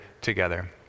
together